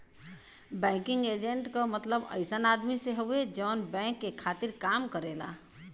banking agent क मतलब अइसन आदमी से हउवे जौन बैंक के खातिर काम करेला